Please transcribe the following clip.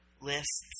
lists